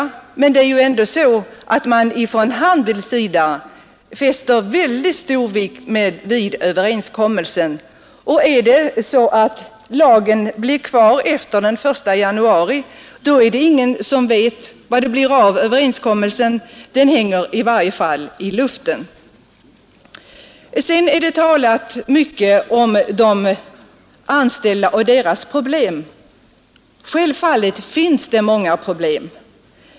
Från Handelsanställdas förbunds sida fäster man emellertid mycket stor vikt vid överenskommelsen. Om den nuvarande lagen fortfarande gäller efter den 1 januari 1972 vet ingen hur det blir med överenskommelsen, den hänger då i luften. Det har här talats mycket om de anställda och deras problem, och självfallet finns det många problem.